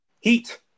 Heat